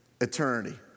eternity